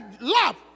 love